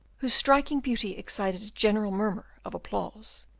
whose striking beauty excited a general murmur of applause.